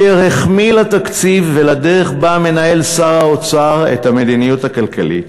והוא החמיא לתקציב ולדרך שבה מנהל שר האוצר את המדיניות הכלכלית.